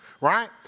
right